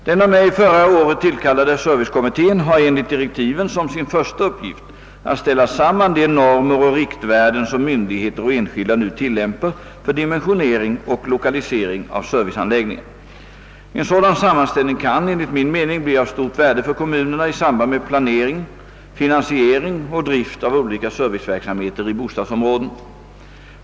Den av mig förra året tillkallade servicekommittén har enligt direktiven som sin första uppgift att ställa samman de normer och riktvärden som myndigheter och enskilda nu tillämpar för dimensionering och lokalisering av serviceanläggningar. En sådan sammanställning kan, enligt min mening, bli av stort värde för kommunerna i samband med planering, finansiering och drift av olika serviceverksamheter i bostadsområden.